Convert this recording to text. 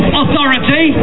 authority